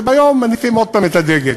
וביום מניפים עוד פעם את הדגל.